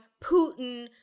Putin